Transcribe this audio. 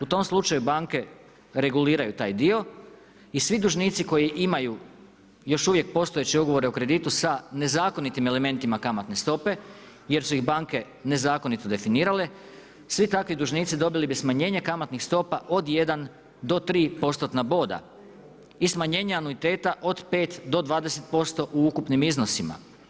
U tom slučaju banke reguliraju taj dio i svi dužnici koji imaju još uvijek postojeće ugovore o kreditu sa nezakonitim elementima kamatne stope jer su ih banke nezakonito definirale, svi takvi dužnici dobili bi smanjenje kamatnih stopa od 1 do tri postotna boda i smanjenja anuiteta od 5 do 20% u ukupnim iznosima.